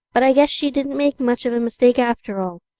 but i guess she didn't make much of a mistake after all.